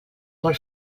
molt